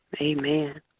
Amen